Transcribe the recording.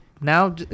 Now